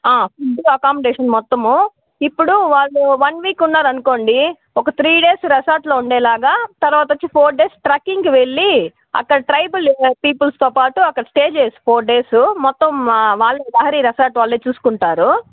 food accommodation మొత్తం ఇప్పుడు వాళ్ళు వన్ వీక్ ఉన్నారనుకోండి ఒక త్రీ డేస్ రిసార్ట్లో ఉండేలాగా తర్వాత వచ్చి ఫోర్ డేస్ ట్రక్కింగ్కి వెళ్ళి అక్కడ ట్రైబుల్ పీపుల్స్తో పాటు అక్కడ స్టే చేసుకోవాలి ఫోర్ డేస్ మొత్తం వాళ్ళే లహరి రెసార్ట్ వాళ్ళే చూసుకుంటారు